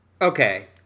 Okay